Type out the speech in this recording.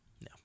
No